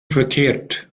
verkehrt